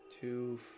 Two